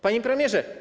Panie Premierze!